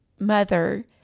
mother